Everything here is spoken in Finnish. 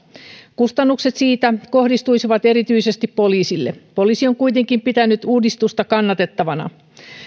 kustannukset siitä kohdistuisivat erityisesti poliisille poliisi on kuitenkin pitänyt uudistusta kannatettavana